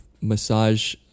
massage